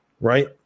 right